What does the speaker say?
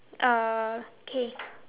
okay